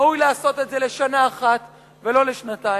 ראוי לעשות את זה לשנה אחת ולא לשנתיים.